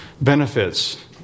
benefits